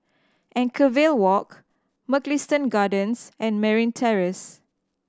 Anchorvale Walk Mugliston Gardens and Merryn Terrace